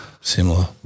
similar